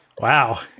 Wow